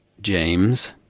James